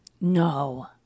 No